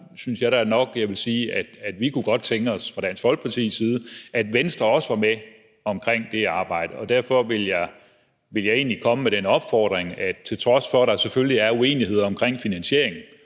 side godt kunne tænke os, at Venstre også var med i det arbejde. Derfor vil jeg egentlig komme med en opfordring. Til trods for at der selvfølgelig er uenigheder om finansiering